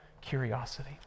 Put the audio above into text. curiosity